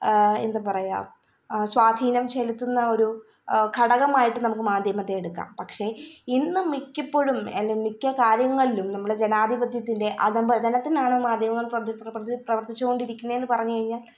എന്താ പറയുക സ്വാധീനം ചെലുത്തുന്ന ആ ഒരു ഘടകമായിട്ട് നമുക്ക് മാധ്യമത്തെ എടുക്കാം പക്ഷെ ഇന്നും മിക്കപ്പൊഴും അല്ലേല് മിക്ക കാര്യങ്ങളും നമ്മള് ജനാധിപത്യത്തിന്റെ അധഃപതനത്തിനാണ് മാധ്യമങ്ങള് പ്രച പ്രച പ്രവര്ത്തിച്ചു കൊണ്ടിരിക്കുന്നതെന്ന് പറഞ്ഞ് കഴിഞ്ഞാല്